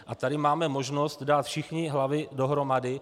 A tady máme možnost dát všichni hlavy dohromady.